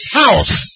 house